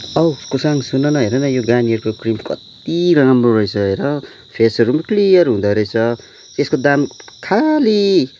ओ कुसाङ सुन न हेर न यो गार्निएरको क्रिम कत्ति राम्रो रहेछ हेर फेसहरू पनि क्लियर हुँदोरहेछ यसको दाम खालि